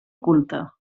culta